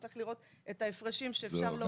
צריך לראות את ההפרשים שאפשר להוריד.